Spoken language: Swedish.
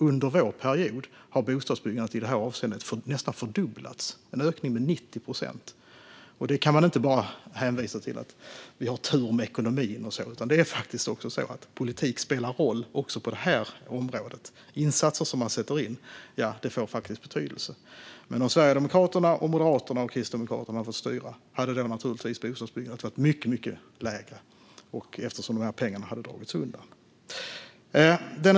Under vår period har alltså bostadsbyggandet i detta avseende nästan fördubblats - en ökning med 90 procent. Det kan man inte bara hänföra till tur med ekonomin, utan det är faktiskt så att politik spelar roll också på det här området. Insatser som man sätter in får betydelse. Om Sverigedemokraterna, Moderaterna och Kristdemokraterna hade fått styra hade naturligtvis bostadsbyggandet varit mycket lägre, eftersom dessa pengar hade dragits undan.